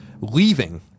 leaving